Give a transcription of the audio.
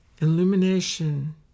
illumination